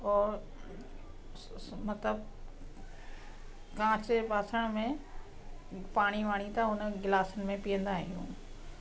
और मतलबु कांचजे बासण में पाणी वाणी त हुन गिलासनि में पीअंदा आहियूं